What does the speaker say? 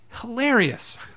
hilarious